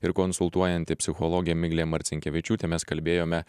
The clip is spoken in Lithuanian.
ir konsultuojanti psichologė miglė marcinkevičiūtė mes kalbėjome